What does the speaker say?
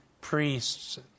priests